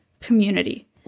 community